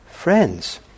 Friends